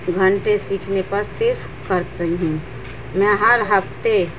گھنٹے سیکھنے پر صرف کرتی ہوں میں ہر ہفتے